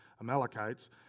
Amalekites